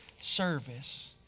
service